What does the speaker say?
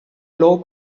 low